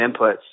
inputs